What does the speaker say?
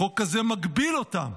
החוק הזה מגביל אותם.